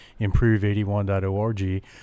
improve81.org